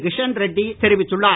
கிஷன் ரெட்டி தெரிவித்துள்ளார்